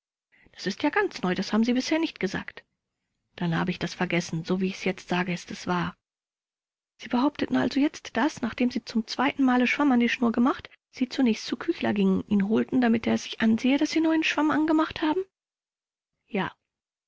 das ist ja ganz neu das haben sie bisher nicht gesagt rupsch dann habe ich das vergessen so wie ich es jetzt sage ist es wahr vors sie behaupten also jetzt daß nachdem sie zum zweiten male schwamm an die schnur gemacht sie zunächst zu küchler gingen ihn holten damit er sich ansehe daß sie neuen schwamm angemacht haben rupsch ja